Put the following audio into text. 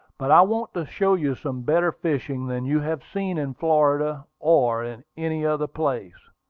but i want to show you some better fishing than you have seen in florida, or in any other place.